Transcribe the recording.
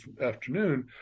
afternoon